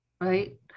right